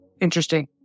Interesting